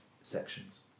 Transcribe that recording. sections